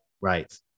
right